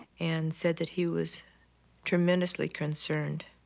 and said that he was tremendously concerned.